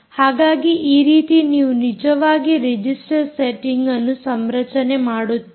ಹಾಗಾಗಿ ಈ ರೀತಿ ನೀವು ನಿಜವಾಗಿ ರಿಜಿಸ್ಟರ್ ಸೆಟ್ಟಿಂಗ್ಅನ್ನು ಸಂರಚನೆ ಮಾಡುತ್ತೀರಿ